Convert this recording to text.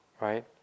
right